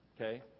Okay